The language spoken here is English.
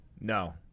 No